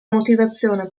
motivazione